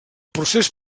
procés